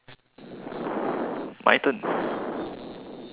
my turn